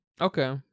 Okay